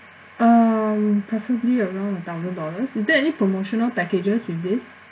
um preferably around a thousand dollars is there any promotional packages with this